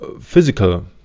physical